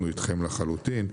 אנחנו אתכם לחלוטין.